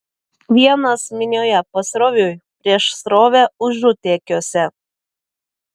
vienas minioje pasroviui prieš srovę užutėkiuose